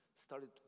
started